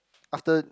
after